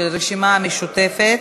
של הרשימה המשותפת.